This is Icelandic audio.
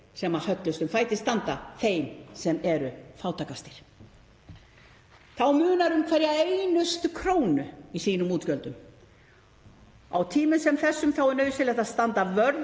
sem höllustum fæti standa, þeim sem eru fátækastir. Þá munar um hverja einustu krónu í sínum útgjöldum. Á tímum sem þessum er nauðsynlegt að standa vörð